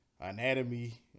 anatomy